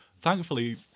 thankfully